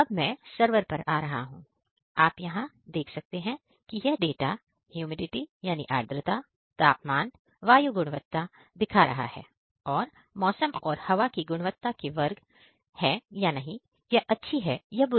अब सरवर पर आ रहा हूं आप यहां देख सकते हैं कि यह डाटा आर्द्रता तापमान वायु गुणवत्ता दिखा रहा है और मौसम और हवा की गुणवत्ता के वर्ग हैं या नहीं यह अच्छा है या बुरा